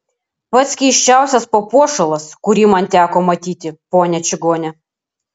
pats keisčiausias papuošalas kurį man teko matyti ponia čigone